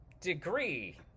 degree